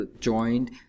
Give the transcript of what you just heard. joined